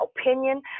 opinion